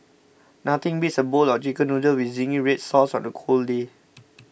nothing beats a bowl of Chicken Noodles with Zingy Red Sauce on a cold day